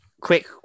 Quick